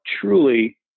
truly